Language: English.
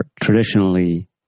traditionally